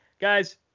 Guys